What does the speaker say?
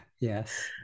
yes